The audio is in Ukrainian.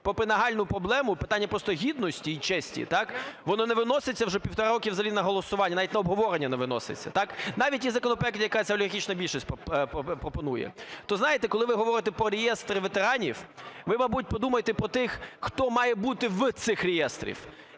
попри нагальну проблему питання просто гідності і честі, так, воно не виноситься вже півтора роки взагалі на голосування, навіть на обговорення не виноситься. Навіть ті законопроекти, які олігархічна більшість пропонує. То, знаєте, коли ви говорите про реєстр ветеранів, ви мабуть подумайте про тих, хто має бути в цих реєстрах,